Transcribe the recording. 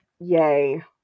yay